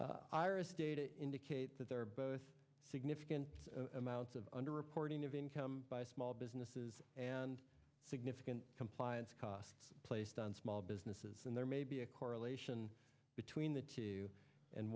today iris data indicate that there are both significant amounts of underreporting of income by small businesses and significant compliance costs placed on small businesses and there may be a correlation between the two and